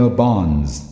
bonds